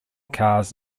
cars